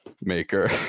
maker